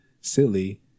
silly